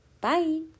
Bye